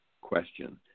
question